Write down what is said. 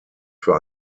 für